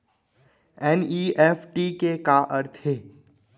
NEFT के का अर्थ है?